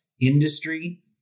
industry